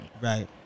Right